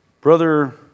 Brother